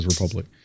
Republic